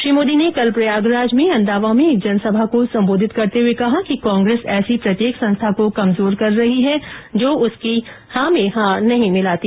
श्री मोदी ने कल प्रयागराज में अंदावा में एक जनसभा को संबोधित करते हुए कहा कि कांग्रेस ऐसी प्रत्येक संस्था को कमजोर कर रही है जो उसकी हां में हां नहीं मिलाती